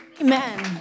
Amen